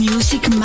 Music